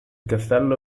castello